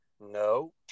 No